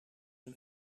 een